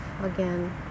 again